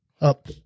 Up